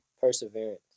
perseverance